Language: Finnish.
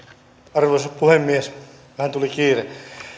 arvoisa puhemies vähän tuli kiire